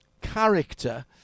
character